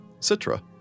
Citra